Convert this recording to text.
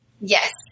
Yes